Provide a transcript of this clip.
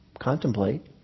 contemplate